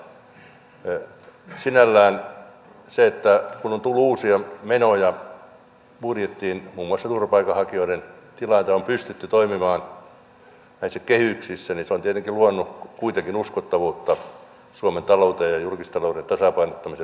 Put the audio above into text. sinällään se että on tullut uusia menoja budjettiin muun muassa turvapaikanhakijoiden tilanne ja on pystytty toimimaan näissä kehyksissä on luonut kuitenkin uskottavuutta suomen talouteen ja julkisen talouden tasapainottamiseen mikä on tärkeä asia